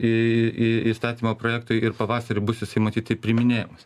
į į įstatymo projektui ir pavasarį bus jisai matyt ir priiminėjamas